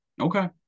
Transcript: Okay